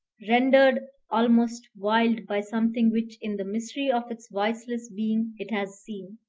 rendered almost wild by something which in the mystery of its voiceless being it has seen,